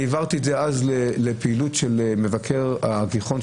העברתי את זה אז לפעילות של מבקר הגיחון,